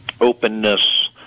openness